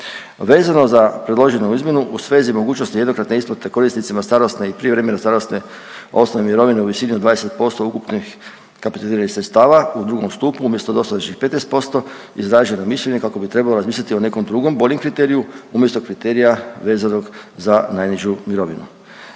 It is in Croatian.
Vezano za predloženu izmjenu u svezi mogućnosti jednokratne isplate korisnicima starosne i prijevremene starosne osnovne mirovine u visini od 20% ukupnih kapitaliziranih sredstava u 2. stupu, umjesto dosadašnjih 15% izraženo mišljenje kako bi trebalo razmisliti o nekom drugom boljem kriteriju, umjesto kriterija vezanog za najnižu mirovinu.